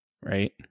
Right